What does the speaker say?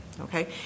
okay